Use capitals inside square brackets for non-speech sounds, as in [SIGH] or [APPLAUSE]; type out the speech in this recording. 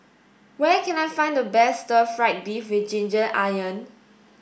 where can I find the best stir fried beef with ginger [UNINTELLIGIBLE]